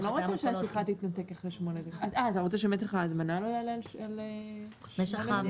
רוצה שמשך ההמתנה לא יעלה על שמונה דקות?